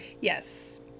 Yes